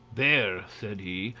there, said he,